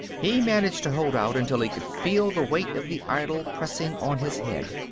he managed to hold out until he could feel the weight of the idol pressing on his head.